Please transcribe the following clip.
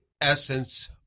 essence